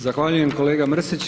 Zahvaljujem kolega Mrsić.